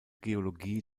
geologie